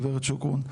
גברת שוקרון,